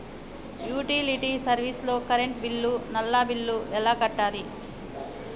Utility service లో current bill, నల్లా bill ఎలా కట్టాలి?